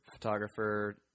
photographer